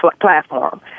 platform